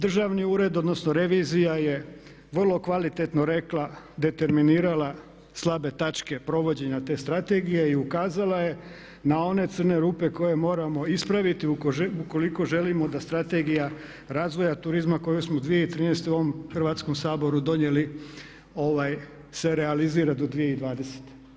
Državni ured, odnosno revizija je vrlo kvalitetno rekla, determinirala slabe tačke provođenja te strategije i ukazala je na one crne rupe koje moramo ispraviti ukoliko želimo da Strategija razvoja turizma koju smo 2013. u ovom Hrvatskom saboru donijeli se realizira do 2020.